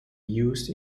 used